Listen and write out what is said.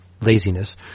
laziness